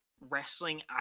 wrestling